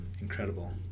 incredible